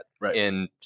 Right